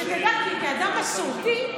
כאדם מסורתי,